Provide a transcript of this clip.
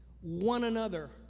one-another